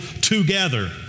together